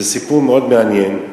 זה סיפור מאוד מעניין,